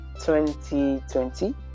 2020